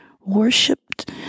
Worshipped